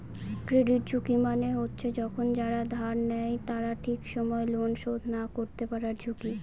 credit ঝুঁকি মানে হচ্ছে যখন যারা ধার নেয় তারা ঠিক সময় লোন শোধ না করতে পারার ঝুঁকি